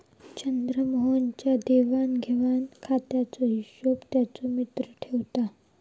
चंद्रमोहन च्या देवाण घेवाण खात्याचो हिशोब त्याचो मित्र ठेवता